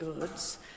goods